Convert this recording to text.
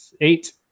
Eight